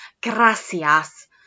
Gracias